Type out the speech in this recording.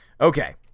Okay